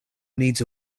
needs